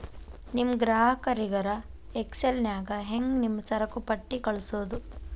ನಿಮ್ ಗ್ರಾಹಕರಿಗರ ಎಕ್ಸೆಲ್ ನ್ಯಾಗ ಹೆಂಗ್ ನಿಮ್ಮ ಸರಕುಪಟ್ಟಿ ಕಳ್ಸೋದು?